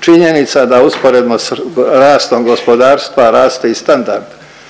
Činjenica da usporedno s radom gospodarstva raste i standard